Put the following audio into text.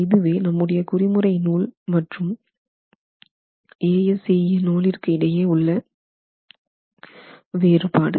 இதுவே நம்முடைய குறி முறை நூல் மற்றும் ASCE நூலிற்கு இடையே உள்ள வேறுபாடு